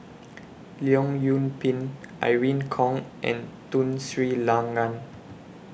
Leong Yoon Pin Irene Khong and Tun Sri Lanang